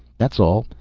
that's all.